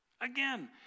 Again